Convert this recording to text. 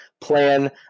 plan